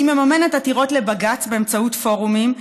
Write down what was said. היא מממנת עתירות לבג"ץ באמצעות פורומים,